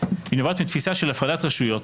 והיא נובעת מתפיסה של הפרדת רשויות.